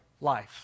life